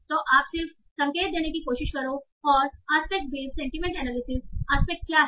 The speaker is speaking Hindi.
तो आप सिर्फ संकेत देने की कोशिश करो और aspect based sentiment analysis aspect क्या है